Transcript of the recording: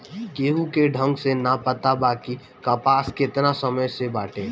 केहू के ढंग से ना पता बा कि कपास केतना समय से बाटे